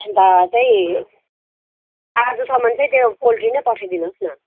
अन्त चाहिँ आजसम्म चाहिँ त्यो पोल्ट्री नै पठाइदिनु होस् न